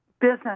business